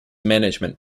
management